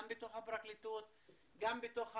גם בתוך הפרקליטות, גם בתוך המשטרה,